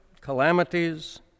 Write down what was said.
calamities